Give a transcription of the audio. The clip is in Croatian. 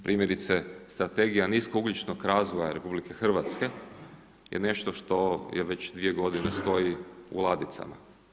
Primjerice, Strategija niskougljičnog razvoja RH je nešto što već dvije godine stoji u ladicama.